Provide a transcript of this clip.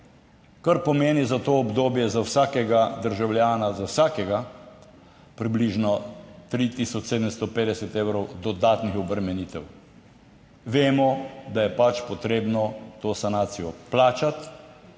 kar pomeni za to obdobje za vsakega državljana, za vsakega približno 3 tisoč 750 evrov dodatnih obremenitev, vemo, da je pač potrebno to sanacijo plačati,